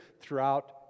throughout